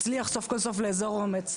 מצליח סוף כל סוף לאזור אומץ,